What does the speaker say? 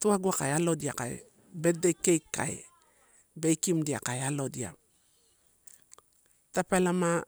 tuaguai ka alodia kai birthday cake kai bakimdia alodia tapolama.